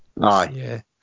Aye